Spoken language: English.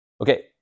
Okay